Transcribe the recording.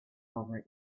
over